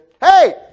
Hey